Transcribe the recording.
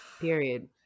Period